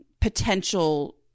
potential